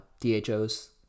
DHOs